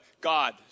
God